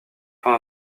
fin